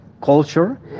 culture